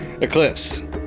Eclipse